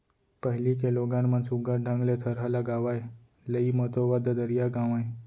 पहिली के लोगन मन सुग्घर ढंग ले थरहा लगावय, लेइ मतोवत ददरिया गावयँ